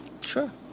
Sure